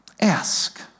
Ask